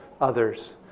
others